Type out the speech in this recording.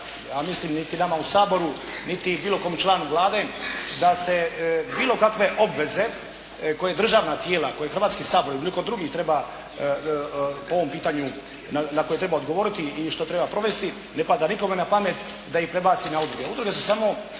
ja mislim niti nama u Saboru niti bilo kom članu Vlade da se bilo kakve obveze koje državna tijela, koje Hrvatski sabor ili bilo tko drugi treba po ovom pitanju, na koje treba odgovoriti i što treba provesti, ne pada nikome na pamet da ih prebaci na udruge.